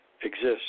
exists